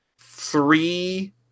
three